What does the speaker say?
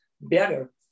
better